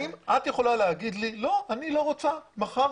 האם את יכולה לומר לי שאת לא רוצה שמחר